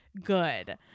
good